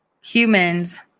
humans